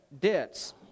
debts